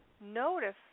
notice